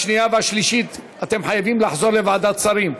בשנייה ובשלישית אתם חייבים לחזור לוועדת שרים.